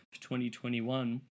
2021